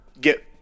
get